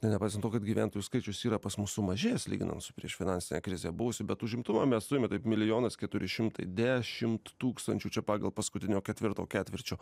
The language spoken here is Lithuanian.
nepaisant to kad gyventojų skaičius yra pas mus sumažėjęs lyginant su priešfinansine krize buvusiu bet užimtumą mes turime taip milijonas keturi šimtai dešimt tūkstančių čia pagal paskutinio ketvirto ketvirčio